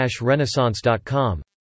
renaissance.com